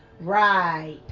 Right